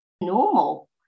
normal